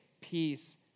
peace